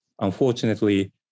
Unfortunately